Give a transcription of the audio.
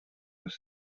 als